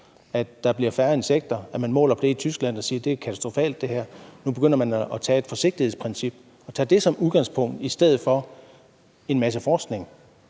at der bliver færre insekter, at man måler på det i Tyskland og siger, at det her er katastrofalt. Nu begynder man at tage et forsigtighedsprincip som udgangspunkt i stedet for en masse forskning.